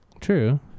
True